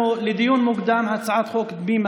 עוברים להצעת החוק הבאה.